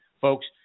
Folks